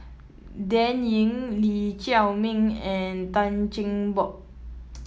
Dan Ying Lee Chiaw Meng and Tan Cheng Bock